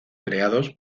creados